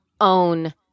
own